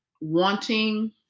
wanting